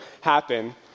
happen